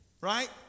right